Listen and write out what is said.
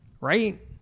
Right